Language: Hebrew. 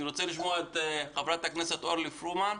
אני רוצה לשמוע את חברת הכנסת אורלי פרומן.